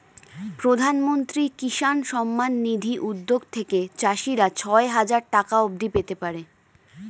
প্রধানমন্ত্রী কিষান সম্মান নিধি উদ্যোগ থেকে চাষিরা ছয় হাজার টাকা অবধি পেতে পারে